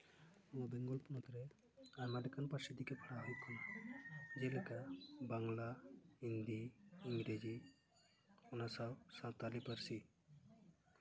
ᱱᱚᱣᱟ ᱵᱮᱝᱜᱚᱞ ᱯᱚᱱᱚᱛ ᱨᱮ ᱟᱭᱢᱟ ᱞᱮᱠᱟᱱ ᱯᱟᱹᱨᱥᱤ ᱤᱫᱤ ᱠᱟᱛᱮᱜ ᱜᱮ ᱯᱟᱲᱦᱟᱣ ᱦᱩᱭᱩᱜ ᱠᱟᱱᱟ ᱡᱮᱞᱮᱠᱟ ᱵᱟᱝᱞᱟ ᱦᱤᱱᱫᱤ ᱤᱝᱨᱮᱡᱤ ᱚᱱᱟ ᱥᱟᱶ ᱥᱟᱱᱛᱟᱞᱤ ᱯᱟᱹᱨᱥᱤ